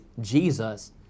Jesus